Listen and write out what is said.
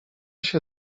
się